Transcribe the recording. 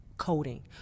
coding